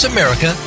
America